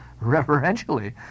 reverentially